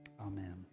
Amen